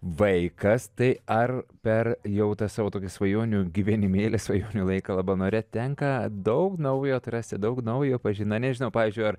vaikas tai ar per jau tą savo tokį svajonių gyvenimėlį svajonių laiką labanore tenka daug naujo atrasti daug naujo pažina nežinau pavyzdžiui ar